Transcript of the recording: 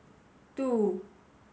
two